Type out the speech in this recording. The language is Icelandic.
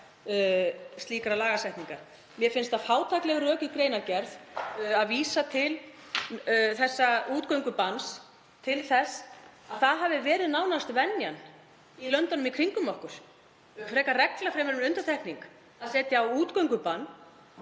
slíkrar lagasetningar. Mér finnst það fátækleg rök í greinargerð að vísa til útgöngubanns með því að það hafi verið nánast venjan í löndunum í kringum okkur, regla fremur en undantekning að setja útgöngubann